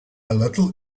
little